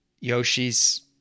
Yoshi's